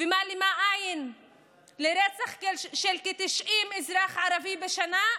שמעלימה עין מרצח של כ-90 אזרחים ערביים בשנה,